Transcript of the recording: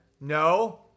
No